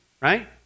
right